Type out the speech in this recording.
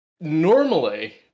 normally